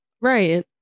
Right